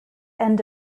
end